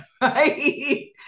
right